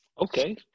Okay